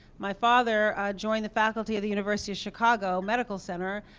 my father joined the faculty of the university of chicago medical center,